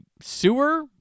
sewer